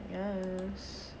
yes